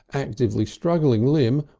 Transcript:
actively struggling limb,